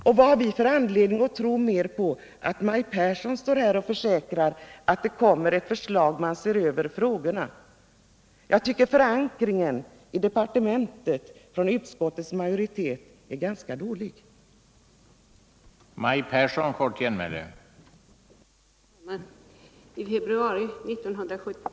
Och vad har vi för anledning att tro mer på Maj Pehrsson, när hon står här och försäkrar att det kommer att läggas fram ett förslag, att man ser över frågorna? Jag tycker att utskottets majoritet har en ganska dålig förankring i departementet.